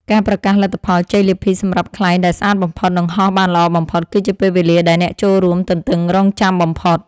ការប្រកាសលទ្ធផលជ័យលាភីសម្រាប់ខ្លែងដែលស្អាតបំផុត និងហោះបានល្អបំផុត គឺជាពេលវេលាដែលអ្នកចូលរួមទន្ទឹងរង់ចាំបំផុត។